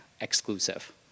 exclusive